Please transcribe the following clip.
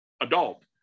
adult